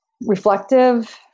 reflective